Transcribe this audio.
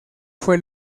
fue